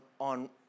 on